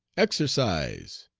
exercise!